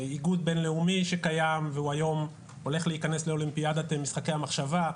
איגוד בין לאומי שקיים והוא היום הולך להכנס לאולימפיאדת משחקי המחשבה.